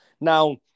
Now